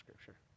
scripture